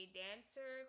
dancer